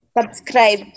subscribe